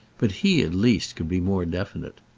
but he at least could be more definite.